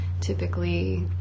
typically